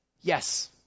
Yes